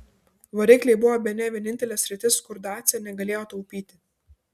varikliai buvo bene vienintelė sritis kur dacia negalėjo taupyti